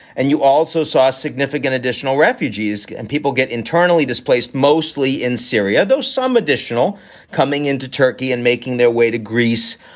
and you also saw significant additional refugees and people get internally displaced, mostly in syria. those some additional coming into turkey and making their way to greece,